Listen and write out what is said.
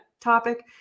topic